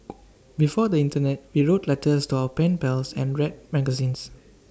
before the Internet we wrote letters to our pen pals and read magazines